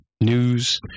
news